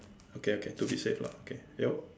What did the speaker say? okay okay to be safe lah okay your